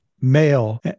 male